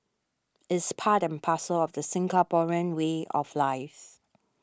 it's part and parcel of the Singaporean way of life